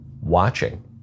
watching